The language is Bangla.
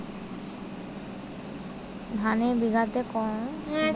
ধানে বিঘাতে কত মিলি লিটার কীটনাশক দেবো?